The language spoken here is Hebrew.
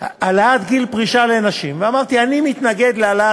לא שמאל.